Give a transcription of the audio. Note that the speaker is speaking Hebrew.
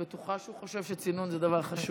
אני בטוחה שהוא חושב שצינון זה דבר חשוב.